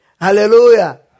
Hallelujah